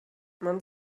man